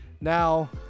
Now